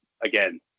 again